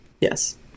Yes